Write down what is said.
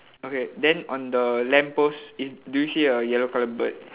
okay then on the lamppost it's do you see a yellow colour bird